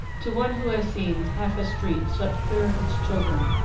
to one who has seen half a street swept clear of its children,